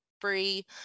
free